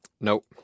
Nope